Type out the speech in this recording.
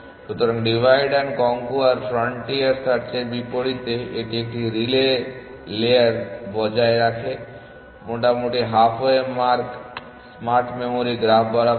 সুতরাং divide and conquer frontier সার্চের বিপরীতে এটি একটি রিলে লেয়ার বজায় রাখে মোটামুটি half way mark smart memory graph বরাবর